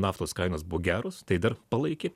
naftos kainos buvo geros tai dar palaikė